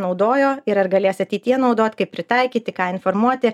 naudojo ir ar galės ateityje naudot kaip pritaikyti ką informuoti